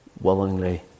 willingly